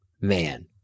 man